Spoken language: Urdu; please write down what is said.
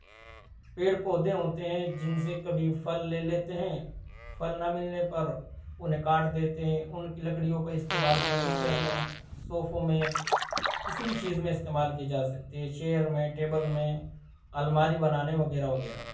پیڑ پودے ہوتے ہیں جن سے کبھی پھل لے لیتے ہیں پھل نہ ملنے پر انہیں کاٹ دیتے ہیں ان کی لکڑیوں کا استعمال فرنیچر میں سوفوں میں کسی بھی چیز میں استعمال کی جا سکتی ہے چیئر میں ٹیبل میں الماری بنانے وغیرہ وغیرہ میں